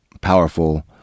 powerful